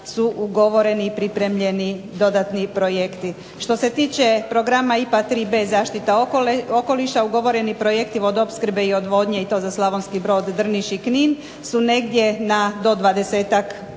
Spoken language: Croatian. su ugovoreni i pripremljeni dodatni projekti. Što se tiče Programa IPA 3B – Zaštita okoliša ugovoreni projekti vodoopskrbe i odvodnje i to za Slavonski Brod, Drniš i Knin su negdje do